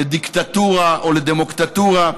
לדיקטטורה או לדמוקטטורה.